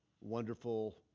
wonderful